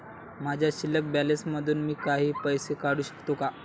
माझ्या शिल्लक बॅलन्स मधून मी काही पैसे काढू शकतो का?